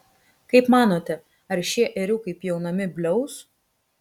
kaip manote ar šie ėriukai pjaunami bliaus